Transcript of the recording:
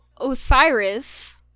osiris